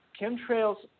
Chemtrail's